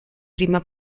prima